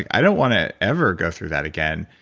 i don't want to ever go through that again.